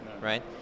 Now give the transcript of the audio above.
right